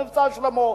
"מבצע שלמה",